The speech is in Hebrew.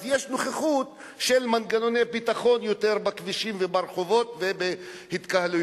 אז יש יותר נוכחות של מנגנוני ביטחון בכבישים וברחובות ובהתקהלויות.